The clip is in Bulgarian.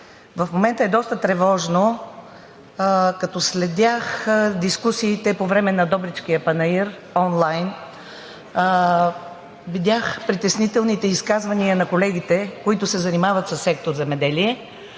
в момента е доста тревожно. Като следях дискусиите по време на Добричкия панаир онлайн, видях притеснителните изказвания на колегите, които се занимават със сектор „Земеделие“.